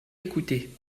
écouté